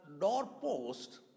doorpost